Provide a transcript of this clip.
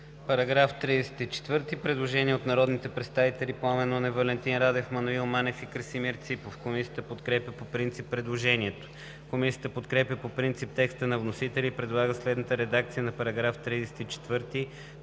По § 17 има предложение от народните представители Пламен Нунев, Валентин Радев, Маноил Манев и Красимир Ципов. Комисията подкрепя по принцип предложението. Комисията подкрепя по принцип текста на вносителя и предлага следната редакция на § 17,